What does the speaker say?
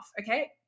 Okay